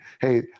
Hey